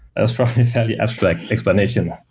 that's probably fairly abstract explanation.